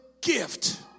gift